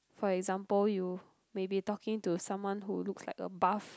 for example you maybe talking to someone who looks like a buff